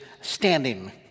standing